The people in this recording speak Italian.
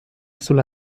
sulla